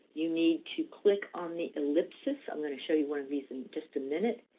you need to click on the ellipsis. i'm going to show you one of these in just a minute.